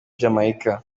jamaica